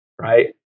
right